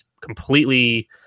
completely